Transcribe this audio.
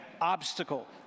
Obstacle